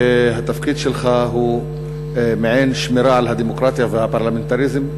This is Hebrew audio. התפקיד שלך הוא מעין שמירה על הדמוקרטיה והפרלמנטריזם.